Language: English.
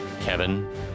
Kevin